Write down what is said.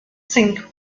zink